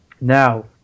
Now